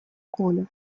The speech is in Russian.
колю